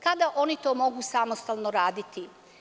Kada oni to mogu samostalno raditi?